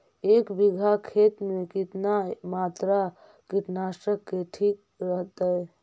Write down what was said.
एक बीघा खेत में कितना मात्रा कीटनाशक के ठिक रहतय?